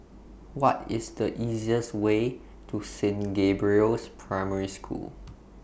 What IS The easiest Way to Saint Gabriel's Primary School